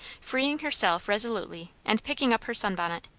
freeing herself resolutely, and picking up her sun-bonnet.